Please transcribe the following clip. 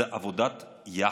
זאת עבודת יח"צ,